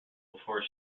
before